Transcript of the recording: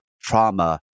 trauma